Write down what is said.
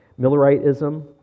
Milleriteism